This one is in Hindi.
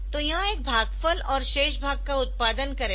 तो यह एक भागफल और शेष भाग का उत्पादन करेगा